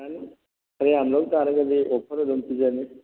ꯑꯗꯨꯝ ꯈꯔ ꯌꯥꯝ ꯂꯧꯇꯥꯔꯒꯗꯤ ꯑꯣꯐꯔ ꯑꯗꯨꯝ ꯄꯤꯖꯅꯤ